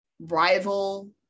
rival